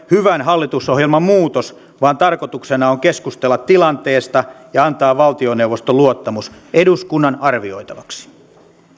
hyvän hallitusohjelman muutos vaan tarkoituksena on keskustella tilanteesta ja antaa valtioneuvoston luottamus eduskunnan arvioitavaksi